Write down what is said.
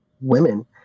women